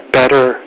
better